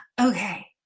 Okay